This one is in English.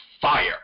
fire